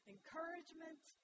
Encouragement